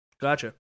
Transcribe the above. Gotcha